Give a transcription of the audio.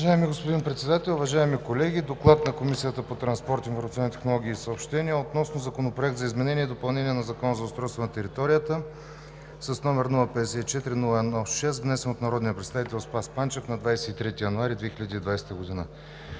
Уважаеми господин Председател, уважаеми колеги! „ДОКЛАД на Комисията по транспорт, информационни технологии и съобщения относно Законопроект за изменение и допълнение на Закона за устройство на територията, № 054-01-6, внесен от народния представител Спас Панчев на 23 януари 2020 г.